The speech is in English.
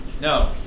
No